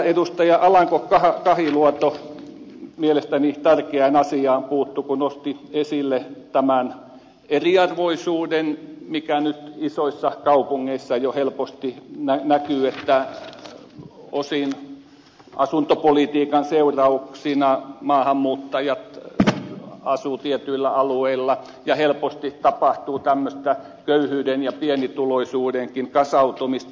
täällä edustaja alanko kahiluoto mielestäni tärkeään asiaan puuttui kun hän nosti esille tämän eriarvoisuuden mikä nyt isoissa kaupungeissa jo helposti näkyy että osin asuntopolitiikan seurauksina maahanmuuttajat asuvat tietyillä alueilla ja helposti tapahtuu tämmöistä köyhyyden ja pienituloisuudenkin kasautumista